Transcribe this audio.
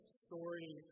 story